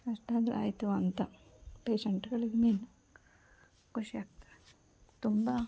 ಅಷ್ಟಾದರೂ ಆಯಿತು ಅಂತ ಪೇಶೆಂಟ್ಗಳಿಗೆ ಇನ್ನೇನು ಖುಷಿ ಆಗ್ತದೆ ತುಂಬ